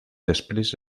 després